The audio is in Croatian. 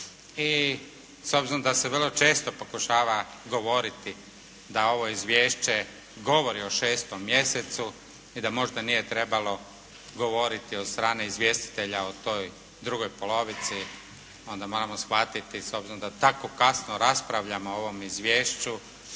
S obzirom da se vrlo često pokušava govoriti da ovo izvješće govori o šestom mjesecu i da možda nije trebalo govoriti od strane izvjestitelja o toj drugoj polovici onda moramo shvatiti s obzirom da tako kasno raspravljamo o ovom izvješću